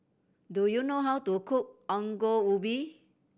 do you know how to cook Ongol Ubi